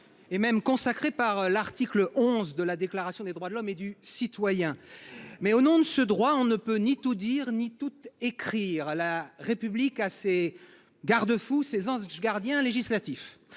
et même consacrée par l’article 11 de la Déclaration des droits de l’homme et du citoyen. Mais, au nom de ce droit, on ne peut ni tout dire ni tout écrire. La République a ses garde fous, ses anges gardiens législatifs.